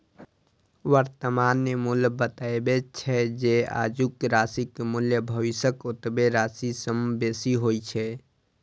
वर्तमान मूल्य बतबै छै, जे आजुक राशिक मूल्य भविष्यक ओतबे राशि सं बेसी होइ छै